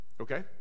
Okay